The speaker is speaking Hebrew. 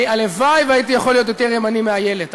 הלוואי שהייתי יכול להיות יותר ימני מאיילת,